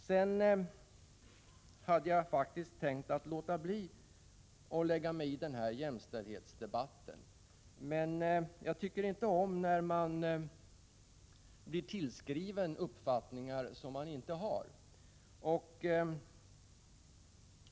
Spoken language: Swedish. Jag hade faktiskt tänkt låta bli att gå in i jämställdhetsdebatten, men jag tycker inte om att tillskrivas uppfattningar som jag inte har.